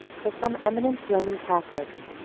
till some eminent roman catholics,